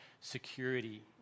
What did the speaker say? security